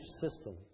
system